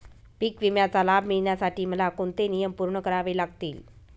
पीक विम्याचा लाभ मिळण्यासाठी मला कोणते नियम पूर्ण करावे लागतील?